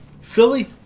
Philly